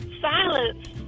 silence